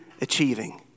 achieving